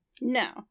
No